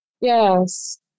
Yes